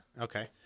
Okay